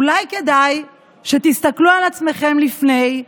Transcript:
אולי כדאי שתסתכלו על עצמכם לפני כן,